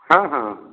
ହଁ ହଁ